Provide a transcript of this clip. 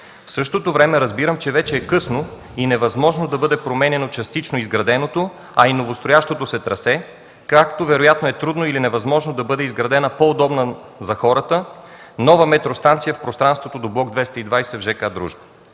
В същото време разбирам, че вече е късно и невъзможно да бъде променяно частично изграденото, а и новостроящото се трасе, както вероятно е трудно или невъзможно да бъде изградена по-удобна за хората нова метростанция в пространството до бл. 220 в ж.к. „Дружба”.